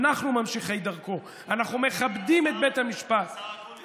אנחנו ממשיכי דרכו, אנחנו מכבדים את בית המשפט.